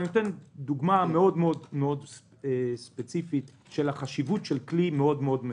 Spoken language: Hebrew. אני נותן דוגמה מאוד ספציפית של החשיבות של כלי מאוד מסוים.